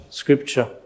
scripture